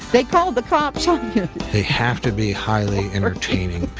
they call the cops on you they have to be highly entertaining